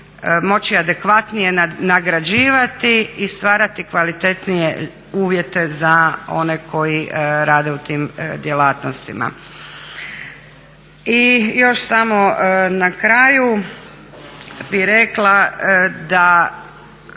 moći adekvatnije nagrađivati i stvarati kvalitetnije uvjete za one koji rade u tim djelatnostima. I još samo na kraju bih rekla da